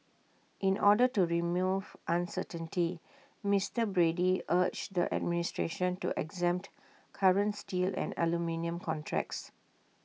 in order to remove uncertainty Mister Brady urged the administration to exempt current steel and aluminium contracts